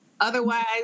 Otherwise